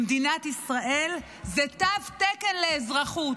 במדינת ישראל זה תו תקן לאזרחות.